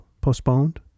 postponed